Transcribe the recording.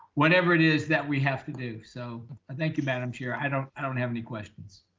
whatever it is that we have to do. so i thank you, madam chair. i don't i don't have any questions.